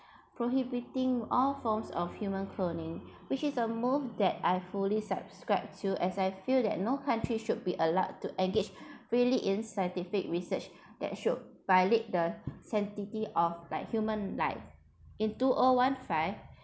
prohibiting all force of human cloning which is a move that I fully subscribed to as I feel that no country should be allowed to engage freely in statistics research that should violate the sanctity of like human life in two o one five